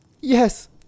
Yes